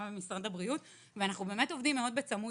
במשרד הבריאות ואנחנו באמת עובדים מאוד צמוד.